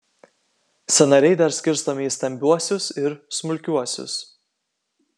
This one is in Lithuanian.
sąnariai dar skirstomi į stambiuosius ir smulkiuosius